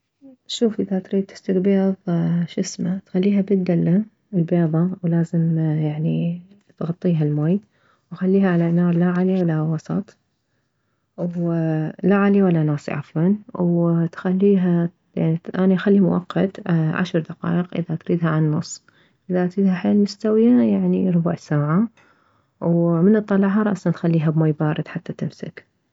شوف اذا تريد تسلك بيض شسمه تخليها بالدلة البيضة ولازم يعني يغطيها الماي وخليها على نار لا عالية ولا وسط ولا عالية ولا ناصية عفوا وتخليها يعني اني اخلي مؤقت عشر دقايق اذا تريدها عالنص اذا تريدها حيل مستوية يعني ربع ساعة ومن تطلعها رأسا تخليها بماي بارد حتى تمسك